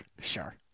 sure